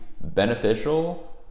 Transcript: beneficial